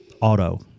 Auto